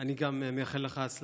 אני מאחל גם לך הצלחה,